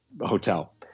hotel